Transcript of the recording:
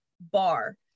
bar